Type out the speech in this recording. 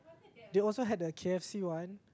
they also had the K_F_C one